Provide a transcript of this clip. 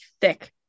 thick